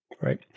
Right